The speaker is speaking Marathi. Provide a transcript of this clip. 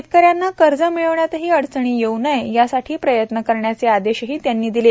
शेतकऱ्यांना कर्ज मिळण्यातही अडचणी येऊ नये यासाठी प्रयत्न करण्याचे आदेशही त्यांनी दिले